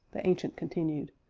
the ancient continued.